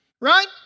Right